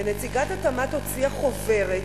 ונציגת התמ"ת הוציאה חוברת,